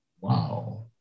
wow